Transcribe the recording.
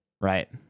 Right